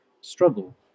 struggle